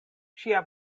ŝia